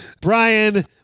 Brian